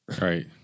Right